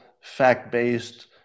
fact-based